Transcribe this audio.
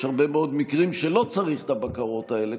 יש הרבה מאוד מקרים שלא צריך את הבקרות האלה.